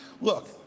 Look